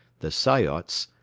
the soyots,